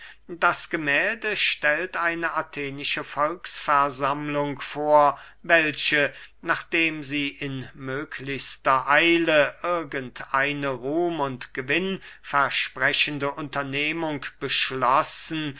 das gemählde stellt eine athenische volksversammlung vor welche nachdem sie in möglichstes eile irgend eine ruhm und gewinn versprechende unternehmung beschlossen